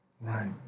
Right